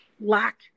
lack